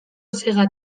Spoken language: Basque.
sega